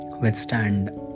withstand